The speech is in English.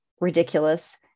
ridiculous